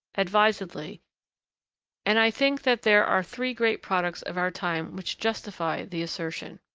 advisedly and i think that there are three great products of our time which justify the assertion.